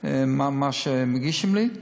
על מה שמגישים לי.